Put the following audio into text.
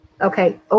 Okay